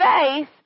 faith